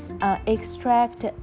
extract